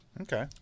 Okay